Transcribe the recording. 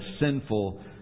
sinful